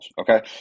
okay